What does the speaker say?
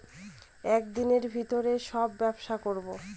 এক দিনের ভিতরে সব ব্যবসা করবো